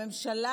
הממשלה,